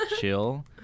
chill